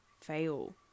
fail